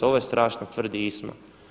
Ovo je strašno tvrdi Isma.